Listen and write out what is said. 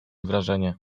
wrażenie